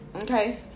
okay